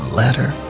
letter